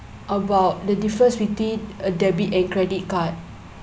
about the difference between a debit and credit card